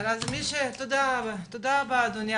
תודה רבה אדוני,